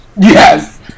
Yes